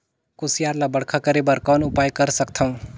कुसियार ल बड़खा करे बर कौन उपाय कर सकथव?